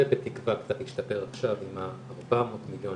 זה בתקווה קצת ישתפר עכשיו עם ה-400 מיליון